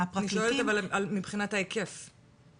מבחינת ההיקף אני שואלת.